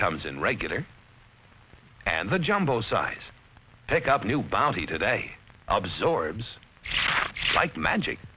comes in regular and the jumbo size pick up a new body today absorbs like magic